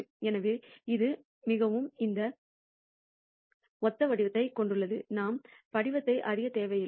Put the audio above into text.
எனவே இது மிகவும் ஒத்த வடிவத்தைக் கொண்டுள்ளது நாம் படிவத்தை அறியத் தேவையில்லை